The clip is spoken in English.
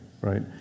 right